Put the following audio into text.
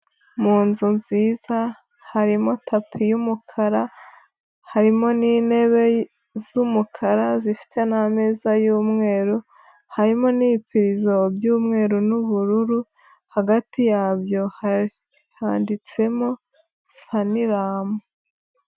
Mu nzu nziza harimo tapi y'umukara, harimo n'intebe z'umukara zifite n'ameza y'umweru, harimo n'ibipirizo by'umweru n'ubururu hagati yabyo handitsemo faniramu.